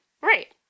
right